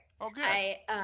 Okay